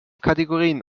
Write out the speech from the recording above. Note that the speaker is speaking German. kategorien